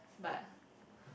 but